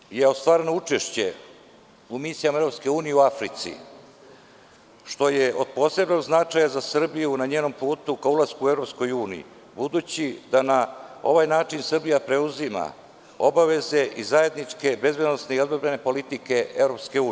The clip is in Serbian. Po prvi put je ostvareno učešće u misijama EU u Africi, što je od posebnog značaja za Srbiju na njenom putu ka ulasku u EU, budući da na ovaj način Srbija preuzima obaveze i zajedničke i bezbednosne i odbrambene politike EU.